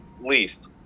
least